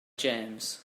james